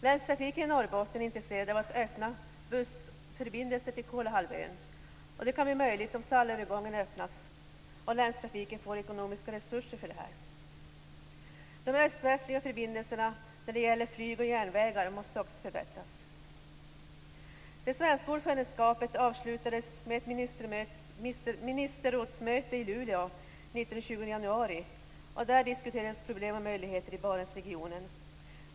Länstrafiken i Norrbotten är intresserad av att öppna bussförbindelser till Kolahalvön. Det kan bli möjligt om Sallaövergången öppnas och Länstrafiken får ekonomiska resurser för detta. De öst-västliga förbindelserna när det gäller flyg och järnvägar måste också förbättras. Det svenska ordförandeskapet avslutades med ett ministerrådsmöte i Luleå den 19-20 januari. Där diskuterades problem och möjligheter i Barentsregionen.